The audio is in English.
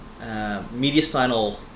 mediastinal